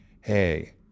hey